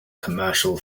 commercial